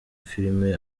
filime